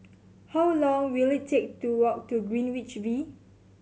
how long will it take to walk to Greenwich V